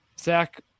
Zach